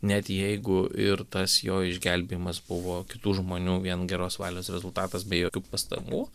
net jeigu ir tas jo išgelbėjimas buvo kitų žmonių vien geros valios rezultatas be jokių pastangų